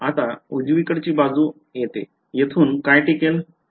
आता उजवीकडची बाजू येते येथून काय टिकेल